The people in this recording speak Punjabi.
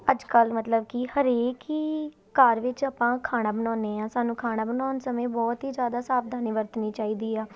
ਅੱਜ ਕੱਲ੍ਹ ਮਤਲਬ ਕਿ ਹਰੇਕ ਹੀ ਘਰ ਵਿੱਚ ਆਪਾਂ ਖਾਣਾ ਬਣਾਉਂਦੇ ਹਾਂ ਸਾਨੂੰ ਖਾਣਾ ਬਣਾਉਣ ਸਮੇਂ ਬਹੁਤ ਹੀ ਜ਼ਿਆਦਾ ਸਾਵਧਾਨੀ ਵਰਤਣੀ ਚਾਹੀਦੀ ਆ